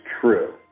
true